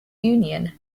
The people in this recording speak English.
union